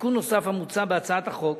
תיקון נוסף המוצע בהצעת החוק,